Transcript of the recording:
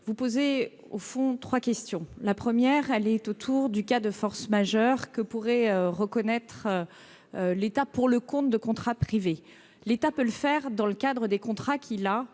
vous posez trois questions. La première concerne le cas de force majeure que pourrait reconnaître l'État pour le compte de contrats privés. L'État peut le faire dans le cadre des contrats qu'il a